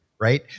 right